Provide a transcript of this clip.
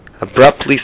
abruptly